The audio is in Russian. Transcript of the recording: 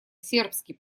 сербский